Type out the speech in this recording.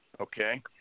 Okay